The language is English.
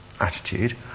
attitude